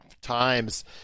times